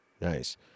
Nice